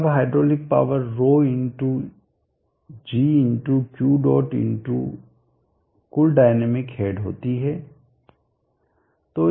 तब hydraulic power 𝜌 x g x Q dot x कुल dynamic head होती है